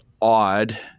odd